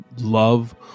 love